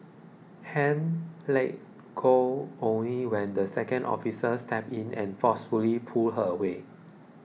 Han let go only when the second officer stepped in and forcefully pulled her away